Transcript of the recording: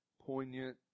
poignant